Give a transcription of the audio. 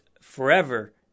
forever